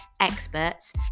experts